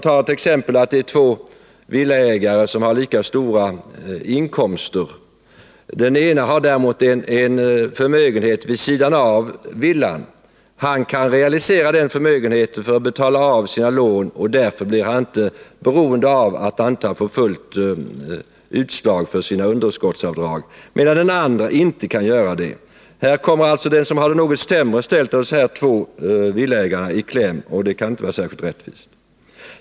Ta exempelvis två villaägare som har lika stora inkomster. Den ene har en förmögenhet vid sidan av villan. Han kan realisera den förmögenheten för att betala av på sina lån, och därför blir han inte beroende av att få fullt utslag på sina underskottsavdrag. Den andre kan däremot inte göra på samma sätt. Här kommer den som har det sämre ställt av dessa två villaägare i kläm, och det kan inte vara särskilt rättvist.